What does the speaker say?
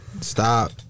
stop